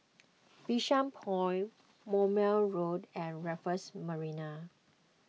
Bishan Point Moulmein Road and Raffles Marina